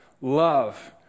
love